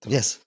Yes